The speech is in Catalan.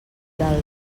del